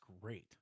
great